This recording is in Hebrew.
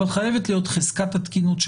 אבל חייבת להיות חזקת התקינות,